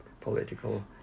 political